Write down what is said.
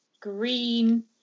green